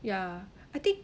ya I think